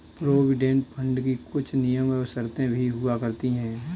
provident fund की कुछ नियम एवं शर्तें भी हुआ करती हैं